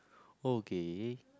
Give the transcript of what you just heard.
okay